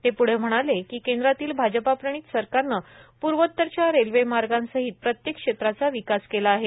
ते प्रढं म्हणाले की केंद्रातील भाजपाप्रणित सरकारनं पूर्वोत्तरच्या रेल्वेमार्गांसहीत प्रत्येक क्षेत्राचा विकास केला आहे